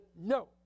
no